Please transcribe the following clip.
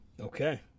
Okay